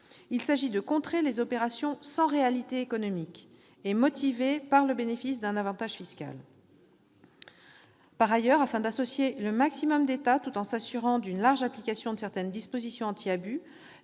est de contrer les opérations sans réalité économique et motivées par le bénéfice d'un avantage fiscal. Par ailleurs, afin d'associer le maximum d'États tout en s'assurant d'une large application de certaines dispositions anti-abus,